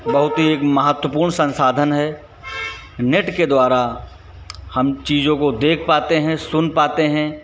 बहुत ही एक महत्वपूर्ण संसाधन है नेट के द्वारा हम चीज़ों को देख पाते हैं सुन पाते हैं